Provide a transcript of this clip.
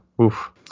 Oof